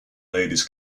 ladies